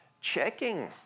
checking